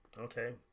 Okay